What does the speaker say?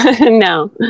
No